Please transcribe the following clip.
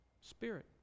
spirit